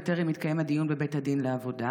בטרם התקיים הדיון בבית הדין לעבודה?